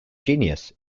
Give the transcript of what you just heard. genius